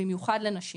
במיוחד לנשים,